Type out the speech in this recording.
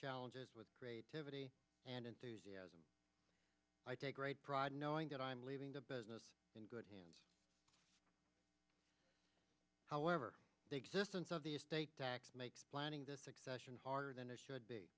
challenges with creativity and enthusiasm i take great pride in knowing that i'm leaving the business in good hands however they exist and so the estate tax makes planning the succession harder than it should be